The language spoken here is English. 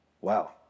Wow